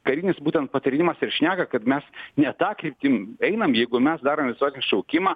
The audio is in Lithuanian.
karinis būtent patarimas ir šneka kad mes ne ta kryptim einam jeigu mes darom visuotinį šaukimą